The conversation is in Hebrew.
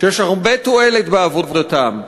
ואשר יש תועלת רבה בעבודתם.